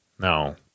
Now